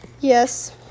Yes